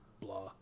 blah